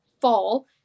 fall